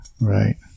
Right